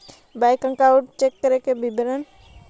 Bank account check का विवरण?